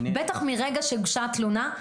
בטח מרגע שהוגשה התלונה?